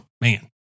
man